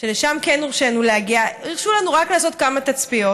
לשם כן הורשינו להגיע הרשו לנו רק לעשות כמה תצפיות